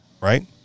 right